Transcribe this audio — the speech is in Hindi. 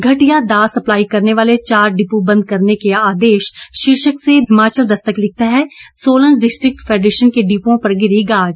घटिया दाल सप्लाई करने वाले चार डिपू बंद करने के आदेश शीर्षक से हिमाचल दस्तक लिखता है सोलन डिस्ट्रिक्ट फैडरेशन के डिप्रओं पर गिरी गाज